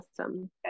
awesome